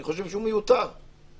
אני חושב שהוא מיותר ומסרבל.